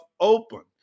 open